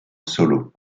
solo